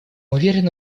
уверены